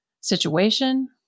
situation